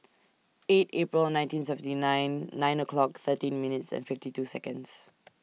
eight April nineteen seventy nine nine o'clock thirteen minutes and fifty two Seconds